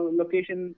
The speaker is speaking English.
location